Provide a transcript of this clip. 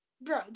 Bro